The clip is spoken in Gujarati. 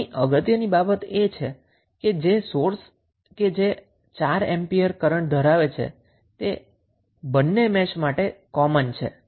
હવે અહીં અગત્યની બાબત એ છે કે સોર્સ કે જે 4 એમ્પીયર કરન્ટ છે તે બંને મેશ માટે કોમન છે